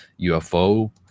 UFO